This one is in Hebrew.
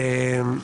עופר.